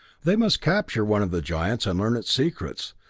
they must capture one of the giants and learn its secrets,